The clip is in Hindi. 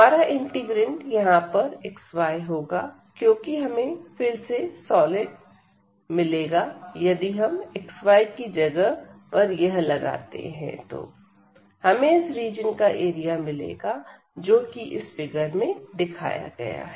हमारा इंटीग्रैंड यहां पर xy होगा क्योंकि हमें फिर से सॉलिड मिलेगा यदि हम xy की जगह पर यह लगाते हैं तो हमें इस रीजन का एरिया मिलेगा जो कि इस फिगर में दिखाया गया है